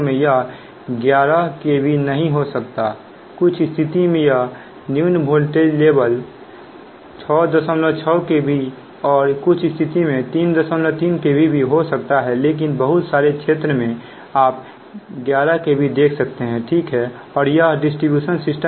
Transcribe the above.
और इस को बंद किया जाता है इस तरह से की पावर इस माध्यम से आ सके और प्रभावित जोन को पावर सप्लाई कर सके लेकिन जैसे ही आप इस भाग को खोलते हैं यह प्रभावित जोन को प्रभावित करते हैं क्योंकि पावर इस तरफ से आएगा लेकिन जब यहां कुछ हुआ हो तो यह भाग कोई पावर नहीं लेगा